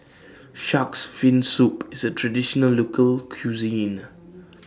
Shark's Fin Soup IS A Traditional Local Cuisine